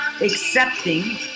accepting